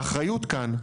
האחריות כאן,